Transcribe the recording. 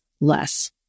less